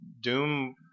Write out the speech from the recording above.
Doom